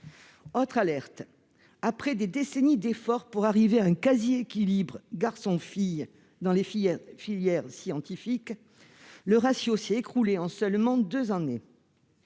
Autre alerte : après des décennies d'efforts pour arriver à un quasi-équilibre entre garçons et filles dans les filières scientifiques, le ratio s'est écroulé en seulement deux années.